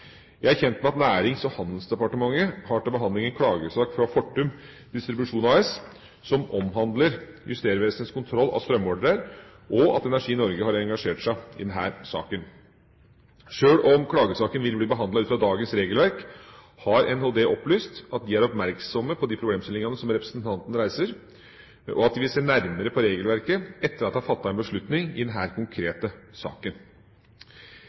Jeg er kjent med at Nærings- og handelsdepartementet har til behandling en klagesak fra Fortum Distribusjon AS som omhandler Justervesenets kontroll av strømmålere, og at Energi Norge har engasjert seg i denne saken. Sjøl om klagesaken vil bli behandlet ut fra dagens regelverk, har NHD opplyst at de er oppmerksomme på de problemstillingene som representanten reiser, og at de vil se nærmere på regelverket etter at det er fattet en beslutning i denne konkrete saken.